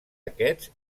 aquests